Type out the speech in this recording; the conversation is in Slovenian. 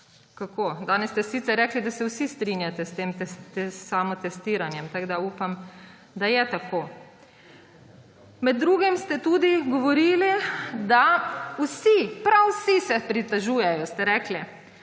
kako. Danes ste sicer rekli, da se vsi strinjate s samotestiranjem, upam, da je tako. Med drugim ste tudi govorili, da vsi, prav vsi se pritožujejo, ste rekli.